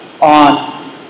on